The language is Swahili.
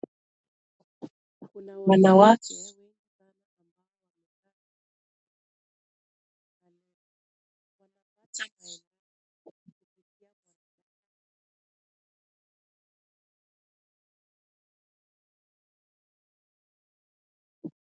Kuna wanawake waliosimama kando na mkusanyikowa magari . Wamevaa vitengee na wanaonekana na tabasabu kwenye nyeusi zao.